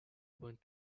went